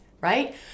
right